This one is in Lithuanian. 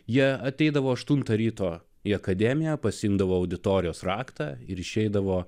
ją ateidavau aštuntą ryto į akademiją pasiimdavau auditorijos raktą ir išeidavo